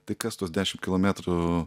tai kas tuos dešim kilometrų